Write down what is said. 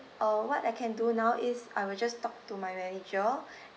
uh what I can do now is I will just talk to my manager